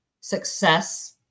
success